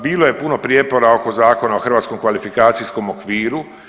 Bilo je puno prijepora oko Zakona o hrvatskom kvalifikacijskom okviru.